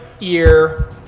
ear